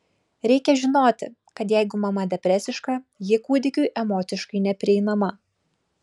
reikia žinoti kad jeigu mama depresiška ji kūdikiui emociškai neprieinama